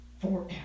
forever